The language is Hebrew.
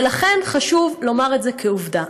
ולכן, חשוב לומר את זה כעובדה.